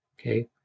Okay